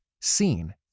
seen